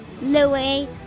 Louis